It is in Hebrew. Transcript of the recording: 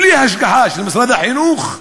בלי השגחה של משרד החינוך.